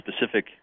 specific